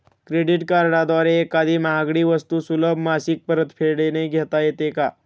Credit कार्डद्वारे एखादी महागडी वस्तू सुलभ मासिक परतफेडने घेता येते का?